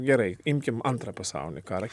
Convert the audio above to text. gerai imkim antrą pasaulinį karą